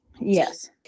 Yes